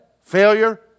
Failure